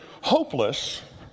hopeless